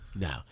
Now